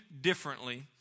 differently